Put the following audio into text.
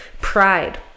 pride